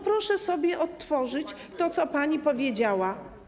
Proszę sobie odtworzyć to, co pani powiedziała.